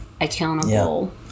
accountable